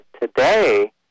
Today